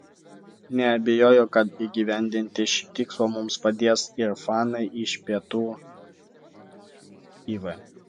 neabejoju kad įgyvendinti šį tikslą mums padės ir fanai iš pietų iv